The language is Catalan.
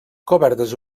cobertes